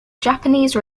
japanese